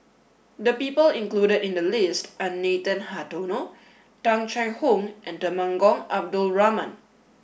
the people included in the list are Nathan Hartono Tung Chye Hong and Temenggong Abdul Rahman